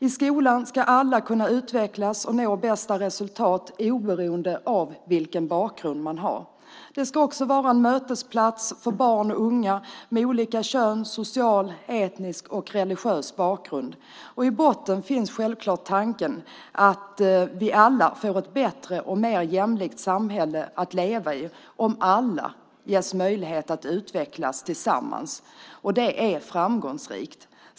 I skolan ska alla kunna utvecklas och nå bästa resultat oberoende av vilken bakgrund man har. Skolan ska också vara en mötesplats för barn och unga med olika kön samt social, etnisk och religiös bakgrund. I botten finns självklart tanken att vi alla får ett bättre och mer jämlikt samhälle att leva i om alla ges möjlighet att utvecklas tillsammans. Det är framgångsrikt.